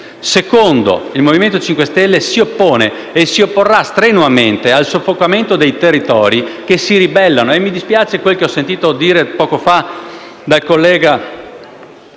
secondo è che il Movimento Cinque Stelle si oppone e si opporrà strenuamente al soffocamento dei territori che si ribellano.